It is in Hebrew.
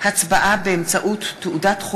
התשע"ו 2015,